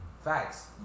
Facts